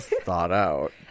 thought-out